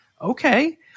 okay